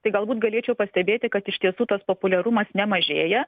tai galbūt galėčiau pastebėti kad iš tiesų tas populiarumas nemažėja